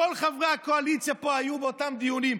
כל חברי הקואליציה פה היו באותם דיונים.